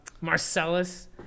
Marcellus